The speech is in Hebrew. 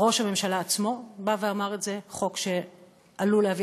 ראש הממשלה עצמו אמר את זה: חוק שעלול להביא